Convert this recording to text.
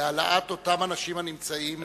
להעלאת אותם אנשים הנמצאים,